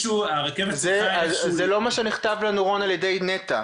הרכבת צריכה איך שהוא --- זה לא מה שנכתב לנו על ידי נת"ע.